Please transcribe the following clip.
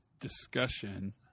discussion